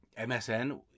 msn